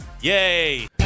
Yay